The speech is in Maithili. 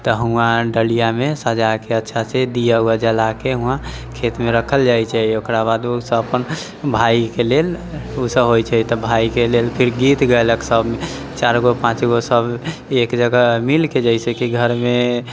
तऽ वहाँ डलिआमे सजाके अच्छासँ दीया उआ जलाके वहाँ खेतमे रख्खल जाइ छै ओकरा बाद ओ सभ अपन भायके लेल उसभ होइ छै तऽ भायके लेल फिर गीत गैलक सभ चारि गो पाँच गो सभ एक जगह मिलके जैसे कि घरमे